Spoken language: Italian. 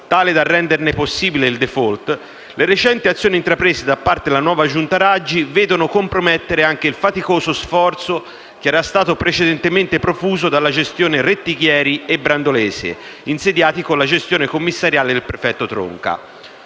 tale da renderne possibile il *default*, le recenti azioni intraprese da parte della nuova Giunta Raggi vedono compromettere anche il faticoso sforzo che era stato precedentemente profuso dalla gestione Rettighieri e Brandolese, insediati con la gestione commissariale del prefetto Tronca.